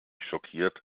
schockiert